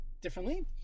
differently